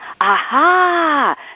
Aha